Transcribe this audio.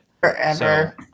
Forever